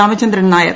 Ramachandran Nair